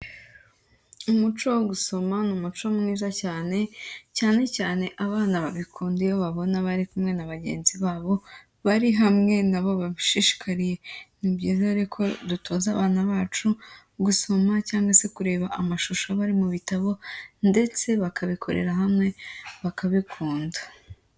Umuco wo gusoma ni umuco mwiza cyane, cyane cyane abana babikunda iyo babona bari kumwe na bagenzi babo, bari hamwe nabo bashishikariye, ni byiza rero ko dutoza abana bacu gusoma cyangwa se kureba amashusho aba ari mu bitabo ndetse bakabikorera hamwe bakabikunda.